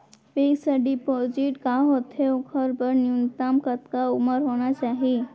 Fix deposit का होथे ओखर बर न्यूनतम कतका उमर होना चाहि?